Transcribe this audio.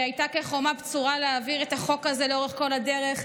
שהייתה כחומה בצורה להעביר את החוק הזה לאורך כל הדרך,